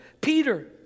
Peter